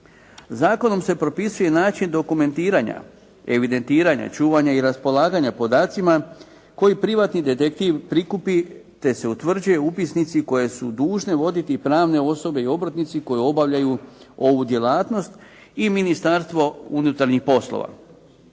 Zakonom se propisuje način dokumentiranja, evidentiranja, čuvanja i raspolaganja podacima koji privatni detektiv prikupi te se utvrđuje upisnici koje su dužne voditi pravne osobe i obrtnici koje obavljaju ovu djelatnost i Ministarstvo unutarnjih poslova.